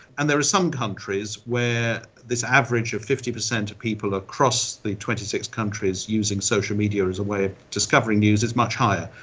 and there are some countries where this average of fifty percent of people across the twenty six countries using social media as a way of discovering news is much higher.